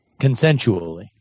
Consensually